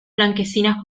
blanquecinas